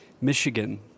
Michigan